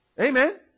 Amen